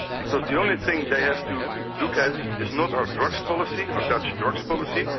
because the only thing they have to look at is not our drugs policy, our dutch drugs policy,